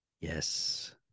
Yes